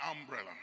umbrella